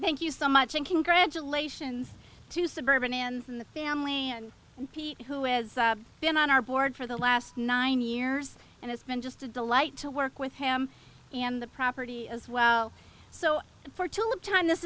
thank you so much and congratulations to suburban and in the family and pete who has been on our board for the last nine years and it's been just a delight to work with him and the property as well so for t